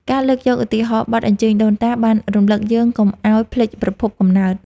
ការលើកយកឧទាហរណ៍បទ អញ្ជើញដូនតា បានរំលឹកយើងកុំឱ្យភ្លេចប្រភពកំណើត។